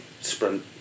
sprint